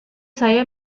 saya